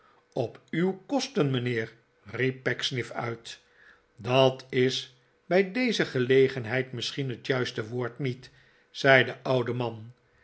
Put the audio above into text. op uw kosten mijnheer riep pecksniff uit dat is bij deze gelegenheid misschien het juiste woord niet zei de oude man